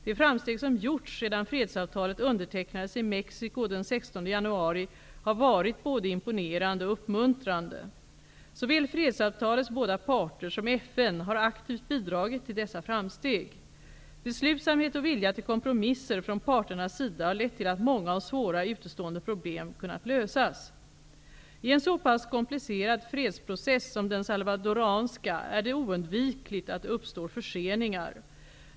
De framsteg som gjorts sedan fredsavtalet undertecknades i Mexico den 16 januari har varit både imponerande och uppmuntrande. Såväl fredsavtalets båda parter som FN har aktivt bidragit till dessa framsteg. Beslutsamhet och vilja till kompromisser från parternas sida har lett till att många och svåra utestående problem kunnat lösas. I en så pass komplicerad fredsprocess som den salvadoranska är det oundvikligt att det uppstår förseningar.